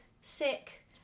sick